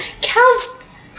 cows